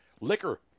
liquor